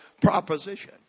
proposition